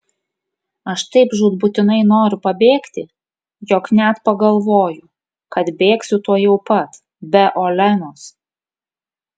aš taip žūtbūtinai noriu pabėgti jog net pagalvoju kad bėgsiu tuojau pat be olenos